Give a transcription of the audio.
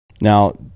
Now